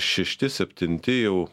šešti septinti jau